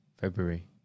february